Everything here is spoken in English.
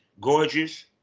gorgeous